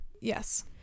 Yes